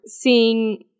seeing